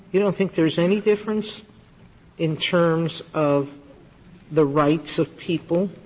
you don't think there's any difference in terms of the rights of people?